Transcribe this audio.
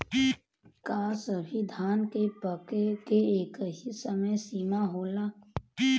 का सभी धान के पके के एकही समय सीमा होला?